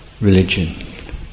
religion